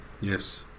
Yes